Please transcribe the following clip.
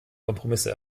kompromisse